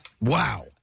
Wow